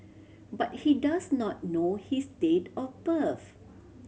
but he does not know his date of birth